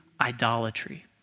idolatry